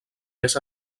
més